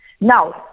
Now